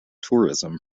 tourism